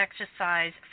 Exercise